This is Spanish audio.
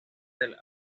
del